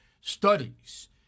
studies